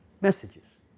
messages